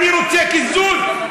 אני רוצה קיזוז,